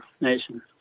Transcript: nation